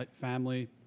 Family